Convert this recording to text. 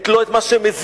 לא את מה שמזיק,